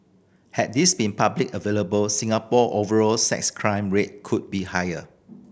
had these been publicly available Singapore overall sex crime rate could be higher